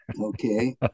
Okay